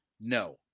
No